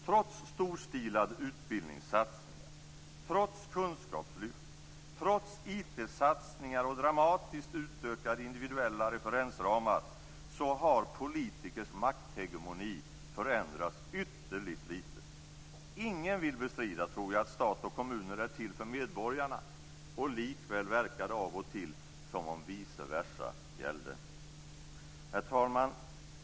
Trots storstilad utbildningssatsning, trots kunskapslyft, trots IT-satsningar och dramatiskt utökade individuella referensramar, har politikers makthegemoni förändrats ytterligt litet. Ingen vill bestrida, tror jag, att stat och kommuner är till för medborgarna. Likväl verkar det av och till som om vice versa gällde. Herr talman!